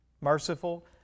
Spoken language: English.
merciful